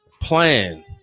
plan